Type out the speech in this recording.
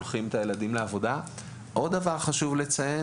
דרך אגב,